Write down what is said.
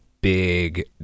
big